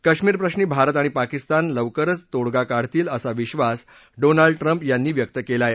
कश्मीरप्रश्री भारत आणि पाकिस्तान लवकरच तोडगा काढतील असा विश्वास डोनाल्ड ट्रंप यांनी व्यक्त केलाय